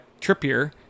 Trippier